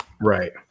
Right